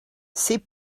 c’est